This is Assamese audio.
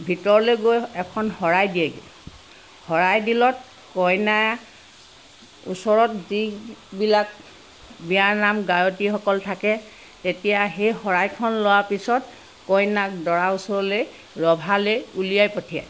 ভিতৰলৈ গৈ এখন শৰাই দিয়েগৈ শৰাই দিলত কইনাই ওচৰত যিবিলাক বিয়ানাম আয়তীসকল থাকে তেতিয়া সেই শৰাইখন লোৱাৰ পিছত কইনাক দৰাৰ ওচৰলৈ ৰভালৈ উলিয়াই পঠিয়ায়